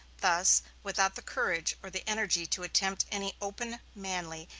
thus, without the courage or the energy to attempt any open, manly,